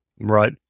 Right